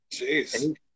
Jeez